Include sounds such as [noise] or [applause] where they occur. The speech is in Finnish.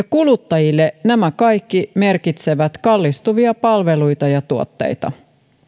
[unintelligible] kuluttajille nämä kaikki merkitsevät kallistuvia palveluita ja tuotteita